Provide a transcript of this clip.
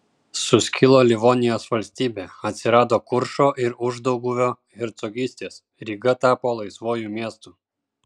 suskilo livonijos valstybė atsirado kuršo ir uždauguvio hercogystės ryga tapo laisvuoju miestu